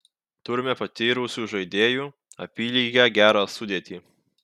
turime patyrusių žaidėjų apylygę gerą sudėtį